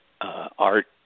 art